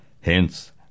Hence